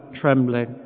trembling